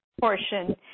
portion